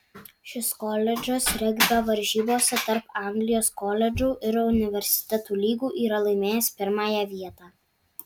šis koledžas regbio varžybose tarp anglijos koledžų ir universitetų lygų yra laimėjęs pirmąją vietą